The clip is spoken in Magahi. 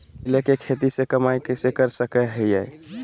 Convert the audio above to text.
केले के खेती से कमाई कैसे कर सकय हयय?